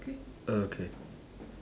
okay